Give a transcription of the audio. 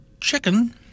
chicken